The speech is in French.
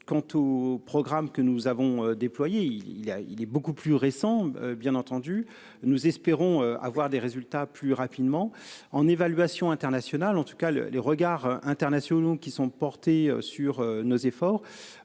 Quant au programme que nous avons déployé, il y a, il est beaucoup plus récent. Bien entendu, nous espérons avoir des résultats plus rapidement en évaluation internationale en tout cas le les regards internationaux qui sont portés sur nos efforts.